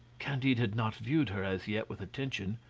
candide had not viewed her as yet with attention,